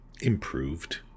improved